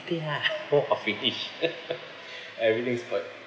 ah !wah! finish everything spoiled